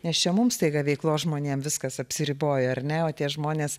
nes čia mums staiga veiklos žmonėm viskas apsiriboja ar ne o tie žmonės